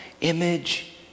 image